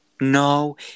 No